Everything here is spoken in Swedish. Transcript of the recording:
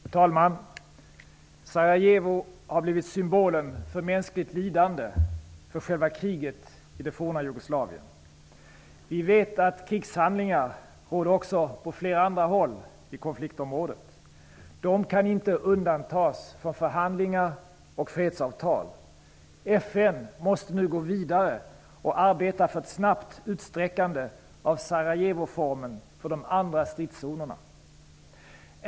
Fru talman! Sarajevo har blivit symbolen för mänskligt lidande, för själva kriget i det forna Jugoslavien. Vi vet att krigshandlingar också råder på flera andra håll i konfliktområdet. De kan inte undantas från förhandlingar och fredsavtal. FN måste nu gå vidare och arbeta för ett snabbt utsträckande av Sarajevoformeln för de andra stridszonerna.